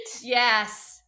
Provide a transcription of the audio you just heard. Yes